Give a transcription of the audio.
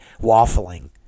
waffling